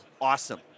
awesome